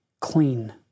clean